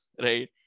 right